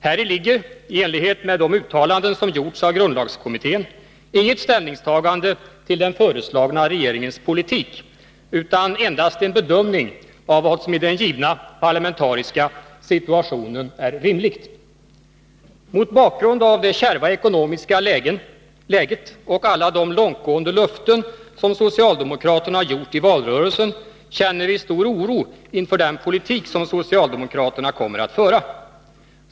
Häri ligger — i enlighet med de uttalanden som gjorts av grundlagskommittén — inget ställningstagande till den föreslagna regeringens politik utan endast en bedömning av vad som i den givna parlamentariska situationen är rimligt. Mot bakgrund av det kärva ekonomiska läget och alla de långtgående löften som socialdemokraterna gjort i valrörelsen känner vi stor oro inför den politik som socialdemokraterna kommer att föra.